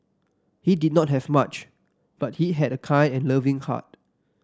he did not have much but he had a kind and loving heart